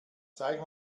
zeig